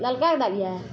ललका के दाबियै